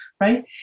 right